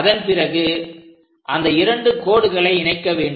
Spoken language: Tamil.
அதன்பிறகு அந்த இரண்டு கோடுகளை இணைக்க வேண்டும்